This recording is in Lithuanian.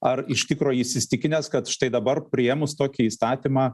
ar iš tikro jis įsitikinęs kad štai dabar priėmus tokį įstatymą